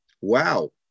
wow